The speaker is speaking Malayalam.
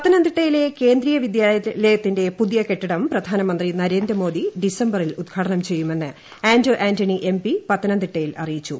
പത്തനംതിട്ടയിലെ കേന്ദ്രീയ വിദ്യാലയത്തിന്റെ പുതിയ കെട്ടിടം പ്രധാനമന്ത്രി നരേന്ദ്ര മോഡി ഡിസംബറിൽ ഉദ്ഘാടനം ചെയ്യുമെന്ന് ആന്റൊ ആന്റണി പി എം പത്തന്ംതിട്ടയിൽ അറിയിച്ചു